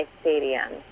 Stadium